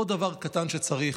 עוד דבר קטן שצריך,